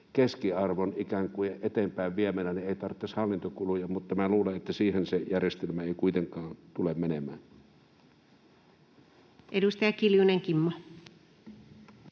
kuin eteenpäin viemänä, jolloin ei tarvitsisi hallintokuluja, mutta minä luulen, että siihen se järjestelmä ei kuitenkaan tule menemään. Edustaja Kiljunen, Kimmo.